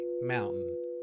mountain